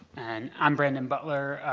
and i'm brandon butler,